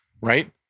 right